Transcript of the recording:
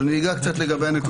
אני אגע קצת בנתונים.